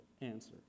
answer